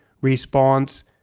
response